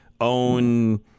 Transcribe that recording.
own